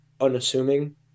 unassuming